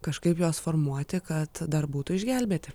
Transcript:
kažkaip juos formuoti kad dar būtų išgelbėti